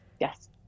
Yes